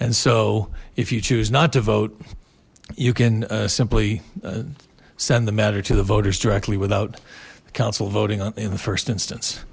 and so if you choose not to vote you can simply send the matter to the voters directly without council voting on in the first instance